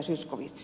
zyskowicz